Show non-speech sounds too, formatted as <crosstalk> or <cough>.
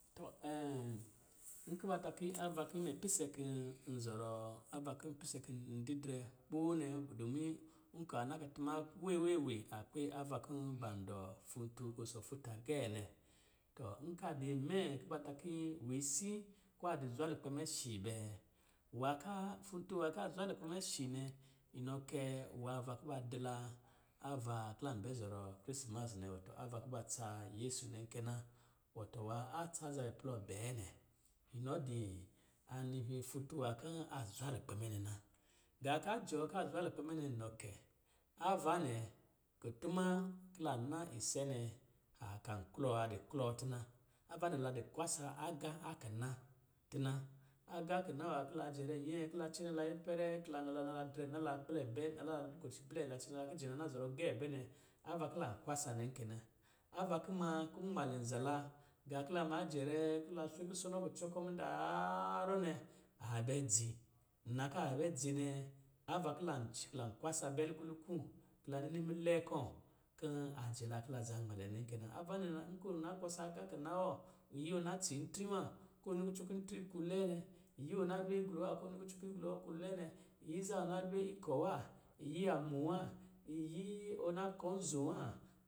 Tɔ <hesitation> nkɔ̄ ba ta kɔ̄ ava ki imɛ pise ki nzɔrɔ, ava ki n pise n didrɛ kpo nɛ, dɔmin nka na kutuma wɛ wɛ wɛ, a kwe ava kɔ̄ ban dɔ futun kɔ̄ sɔ futa gɛɛ nɛ. Tɔ nka di imɛ ki bata kii wisin kuwa di zwa lukpɛ mɛ shī bɛɛ, wa kaa, futun wa ka zwa lukpɛ mɛ shī nɛ, inɔ kɛ nwaava kuba di laa, ava ki lan bɛ zɔrɔ krisimas nɛ, wɔtɔ ava kuba tsa yesu kenan wɔtɔ ava nwā a tsaa zabɛ plɔ bɛɛ nɛ, inɔ di anihi futun wa kii a zwa lukpɛ mɛ nɛ na. Gaa ka jɔɔ ka zwa lukpɛ mɛ nɛ, inɔ kɛ, avan nɛ, kutuma kila na ise nɛ, a kan klɔ, a di klɔ tina, ava nɛ la di kwasa agā a kina tina. Agā kina nwā ki la jɛrɛ nyɛɛ ki la cɛnɛ ipɛrɛ kila nala na, drɛ nala kpɛlɛ bɛ <unintelligible> lokoci blɛ la cɛnɛ la kijɛ ki na zɔrɔ gɛ bɛ nɛ, avan kila kwasa nɛ kɛ na. Ava kuma kɔ̄ nmalɛ zala, gā kɔ̌ la ma jɛrɛ, kɔ̄ la swe kusono kucɔ kɔ̄ mudaa harrɔ nɛ, ava ki lan <hesitation> lan kwasa bɛ lukuluku, ki la nini milɛɛ kɔ̂ a jɛ la ki la zanmalɛ nɛ kɛ na. Ava nɛ, nkɔ̄ ɔ na kwasa agā kina wɔ, iyi wɔ na tsin ntre wa, kɔ̄ ɔ nini kucɔ kɔ̄ ntre ku lɛɛ nɛ, iyi ɔ na lwe glɔ wa, kɔ̄ ɔ nini kucɔ a glɔ wɔ ku lɛɛ nɛ, iyi za ɔ na lwe ikɔ wa, iyi amo wa, iyi ɔ na kɔ̄ nzo wa